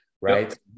right